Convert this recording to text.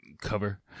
cover